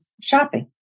shopping